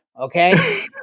okay